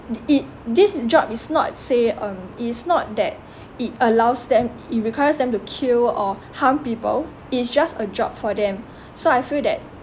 it this job is not say um it is not that it allows them i~ it requires them to kill or harm people it is just a job for them so I feel that